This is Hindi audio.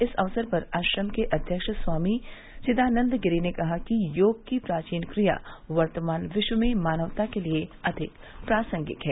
इस अवसर पर आश्रम के अध्यक्ष स्वामी चिदानंद गिरि ने कहा योग की प्राचीन क्रिया वर्तमान विश्व में मानवता के लिए अधिक प्रासंगिक है